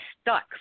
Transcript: stuck